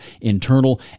internal